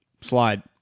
Slide